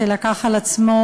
שלקח על עצמו,